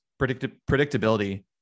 predictability